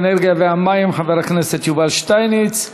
האנרגיה והמים חבר הכנסת יובל שטייניץ.